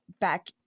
Back